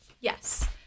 yes